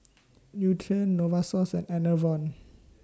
Nutren Novosource and Enervon